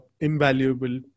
invaluable